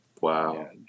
wow